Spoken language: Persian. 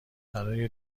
برای